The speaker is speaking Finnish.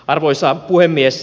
arvoisa puhemies